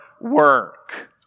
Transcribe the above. work